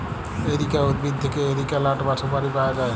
areca উদ্ভিদ থেক্যে areca লাট বা সুপারি পায়া যায়